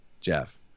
Jeff